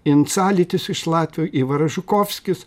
insalitis iš latvių yvaras žukovskis